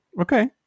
okay